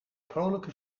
vrolijke